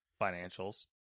financials